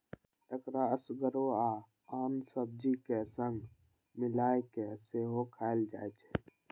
एकरा एसगरो आ आन सब्जीक संग मिलाय कें सेहो खाएल जाइ छै